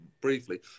briefly